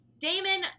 Damon